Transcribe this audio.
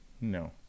no